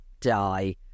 die